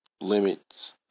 Limits